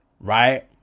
right